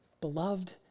Beloved